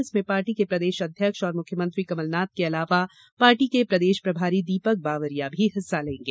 इसमें पार्टी के प्रदेश अध्यक्ष एवं कमलनाथ के अलावा पार्टी के प्रदेश प्रभारी दीपक बावरिया भी हिस्सा लेंगे